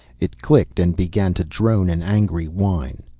it clicked and began to drone an angry whine.